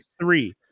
three